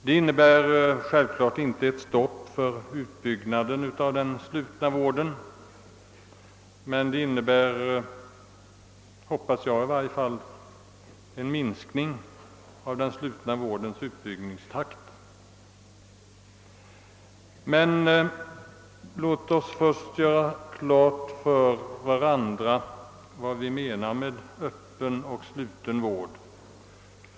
Det innebär självklart inte ett stopp för utbyggnaden av den slutna vården, men det innebär, hoppas jag i varje fall, en Låt oss först göra klart för varandra vad vi menar med öppen och sluten vård.